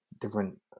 different